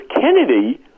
Kennedy